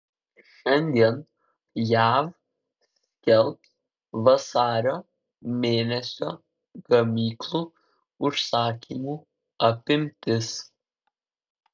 šiandien jav skelbs vasario mėnesio gamyklų užsakymų apimtis